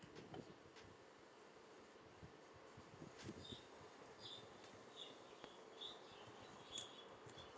okay